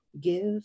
Give